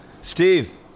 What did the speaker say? Steve